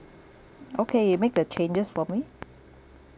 okay you make the changes for me